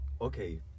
okay